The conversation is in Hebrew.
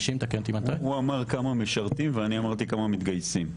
--- הוא אמר כמה משרתים ואני אמרתי כמה מתגייסים.